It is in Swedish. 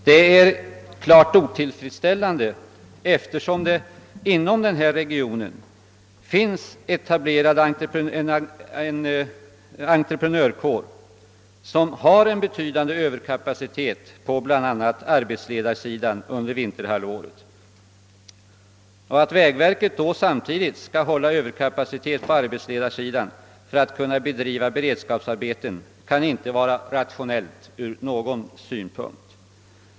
Detta är klart otillfredsställande, eftersom det inom ifrågavarande region finns en entreprenörkår med betydande överkapacitet under vinterhalvåret, bl.a. på arbetsledarsidan. Att vägverket då samtidigt skall hålla en överkapacitet av arbetsledare för att kunna bedriva beredskapsarbeten kan inte vara rationellt ur några synpunkter.